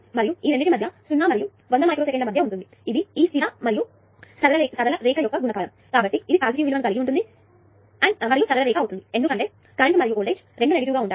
మరియు ఈ రెండింటి మధ్య 0 మరియు 100 మైక్రో సెకన్ల మధ్య ఉంటుంది ఇది ఈ స్థిర మరియు సరళ రేఖ యొక్క గుణకారం కాబట్టి ఇది పాజిటివ్ విలువలను కలిగి ఉన్న సరళ రేఖ అవుతుంది ఎందుకంటే కరెంటు మరియు వోల్టేజ్ రెండు నెగిటివ్ గా ఉంటాయి